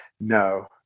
No